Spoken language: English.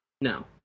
No